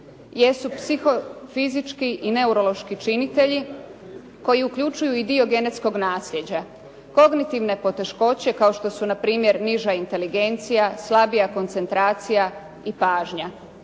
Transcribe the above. jesu psihofizičkih i neurološki činitelji koji uključuju i dio genetskog naslijeđa. Kognitivne poteškoće, kao što su npr. niža inteligencija, slabija koncentracija i pažnja,